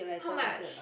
how much